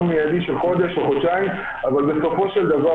מיידי לחודש או חודשיים אבל בסופו של דבר,